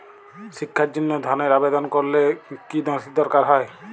শিক্ষার জন্য ধনের আবেদন করলে কী নথি দরকার হয়?